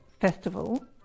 Festival